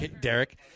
Derek